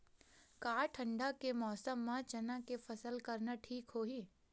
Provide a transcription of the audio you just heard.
का ठंडा के मौसम म चना के फसल करना ठीक होही?